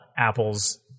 apple's